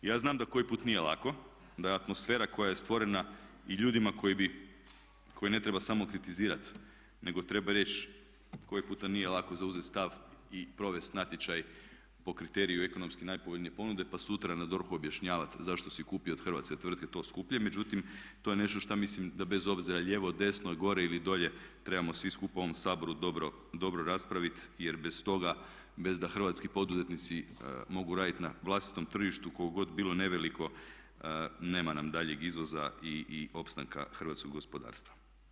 Ja znam da koji put nije lako, da je atmosfera koja je stvorena i ljudima koje ne treba samo kritizirati nego treba reći koji puta nije lako zauzeti stav i provesti natječaj po kriteriju ekonomski najpovoljnije ponude pa sutra na DORH-u objašnjavati zašto si kupio od hrvatske tvrtke to skuplje, međutim to je nešto što mislim da bez obzira lijevo, desno, gore ili dolje trebamo svi skupa u ovom Saboru dobro raspraviti jer bez toga bez da hrvatski poduzetnici mogu raditi na vlastitom tržištu koliko god bilo neveliko nema nam daljnjeg izvoza i opstanka hrvatskog gospodarstva.